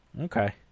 Okay